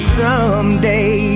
someday